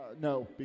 No